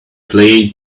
play